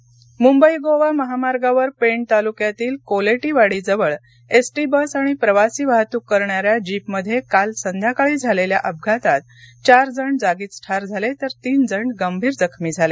अपघात रायगड मुंबई गोवा महामार्गावर पेण तालुक्यातील कोलेटीवाडीजवळ एसटी बस आणि प्रवासी वाहतूक करणाऱ्या जीपमध्ये काल संध्याकाळी झालेल्या अपघातात चार जण जागीच ठार झाले तर तीन जण गंभीर जखमी झाले